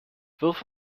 wirf